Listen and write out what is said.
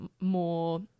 more